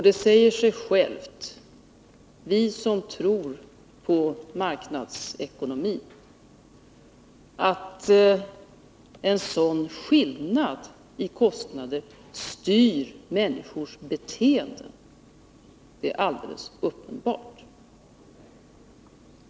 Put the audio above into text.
Det säger sig självt — för oss som tror på marknadsekonomin — att en sådan skillnad i kostnaderna styr människors beteende. Det är alldeles uppenbart.